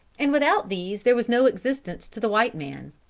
and without these there was no existence to the white man.